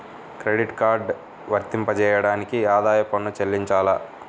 Credit card వర్తింపజేయడానికి ఆదాయపు పన్ను చెల్లించాలా?